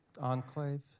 enclave